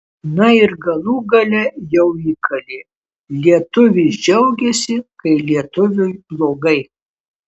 na ir galų gale jau įkalė lietuvis džiaugiasi kai lietuviui blogai